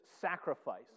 sacrifice